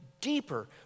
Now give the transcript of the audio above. deeper